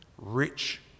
rich